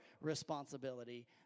responsibility